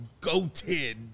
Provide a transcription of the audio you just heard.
goated